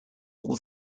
all